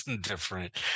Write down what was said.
different